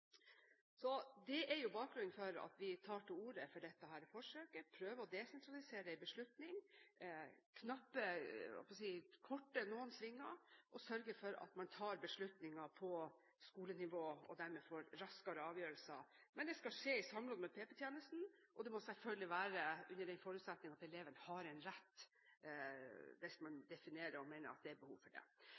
er bakgrunnen for at vi tar til orde for dette forsøket, prøver å desentralisere en beslutning – kutte noen svinger og sørge for at man tar beslutningen på skolenivå, og dermed får raskere avgjørelser. Men det skal skje i samråd med PPT-tjenesten, og det må selvfølgelig være under forutsetning av at eleven har en rett, hvis man definerer og mener at det er behov for det.